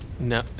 No